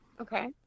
Okay